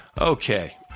Okay